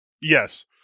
Yes